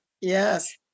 yes